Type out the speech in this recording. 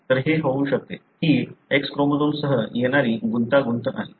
तर हे होऊ शकते हि X क्रोमोझोमसह येणारी गुंतागुंत आहे